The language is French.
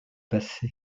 passé